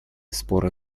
споры